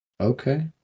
Okay